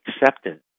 acceptance